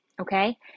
okay